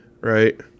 right